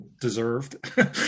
deserved